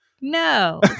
No